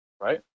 Right